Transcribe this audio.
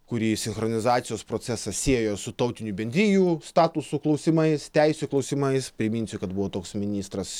kuri sinchronizacijos procesą siejo su tautinių bendrijų statuso klausimais teisių klausimais priminsiu kad buvo toks ministras